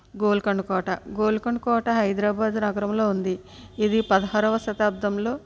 గోల్కొండ కోట గోల్కొండ కోట హైదరాబాద్ నగరంలో ఉంది ఇది పదహారవ శతాబ్ధంలో